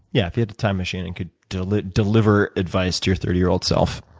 yeah if you had a time machine and could deliver deliver advice to your thirty year old self.